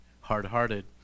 hard-hearted